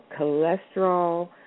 cholesterol